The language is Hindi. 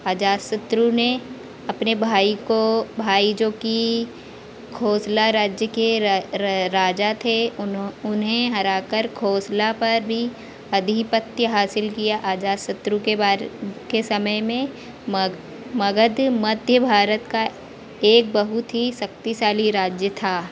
अजातशत्रु ने अपने भाई को भाई जोकि खोसला राज्य के राजा थे उन्हें हराकर खोसला पर भी आधिपत्य हासिल किया अजातशत्रु के बारे के समय में मगध मध्य भारत का एक बहुत ही शक्तिशाली राज्य था